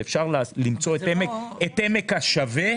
ואפשר למצוא את העמק השווה.